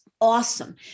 awesome